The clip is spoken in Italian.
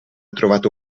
trovato